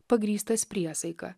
pagrįstas priesaika